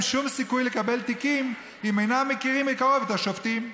שום סיכוי לקבל תיקים אם אינם מכירים מקרוב את השופטים.